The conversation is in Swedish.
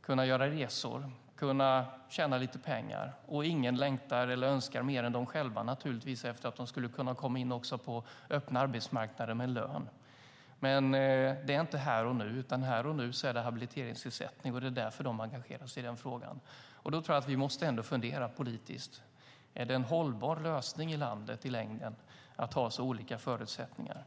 kunna göra resor och kunna tjäna lite pengar. Ingen längtar efter eller önskar naturligtvis mer än de själva efter att få komma in på den öppna arbetsmarknaden med lön. Men det är inte här och nu. Här och nu är det habiliteringsersättning. Det är därför de engagerar sig i frågan. Jag tror att vi måste fundera politiskt. Är det i längden en hållbar lösning i landet att ha så olika förutsättningar?